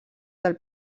del